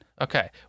Okay